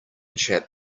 chap